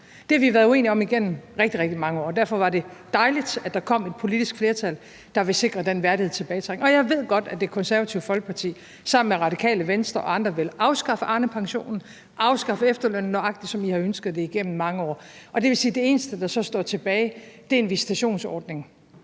Det har vi været uenige om igennem rigtig, rigtig mange år, og derfor var det dejligt, at der kom et politisk flertal, der vil sikre den værdige tilbagetrækning. Jeg ved godt, at Det Konservative Folkeparti, sammen med Radikale Venstre og andre, vil afskaffe Arnepensionen, afskaffe efterlønnen, nøjagtig som I har ønsket det igennem mange år. Og det vil sige, at det eneste, der så står tilbage, er en visitationsordning,